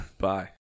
bye